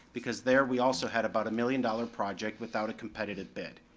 because there we also had about a million dollar project without a competitive bid.